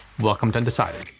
welcome to undecided.